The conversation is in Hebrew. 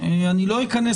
אני לא אכנס